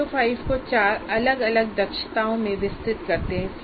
हम CO5 को चार अलग अलग दक्षताओं में विस्तृत करते हैं